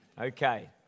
Okay